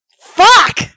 Fuck